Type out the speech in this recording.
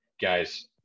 guys